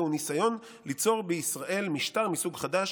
זהו ניסיון ליצור בישראל משטר מסוג חדש,